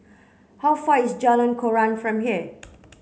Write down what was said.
how far is Jalan Koran from here